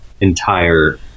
Entire